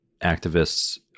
activists